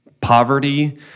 Poverty